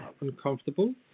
uncomfortable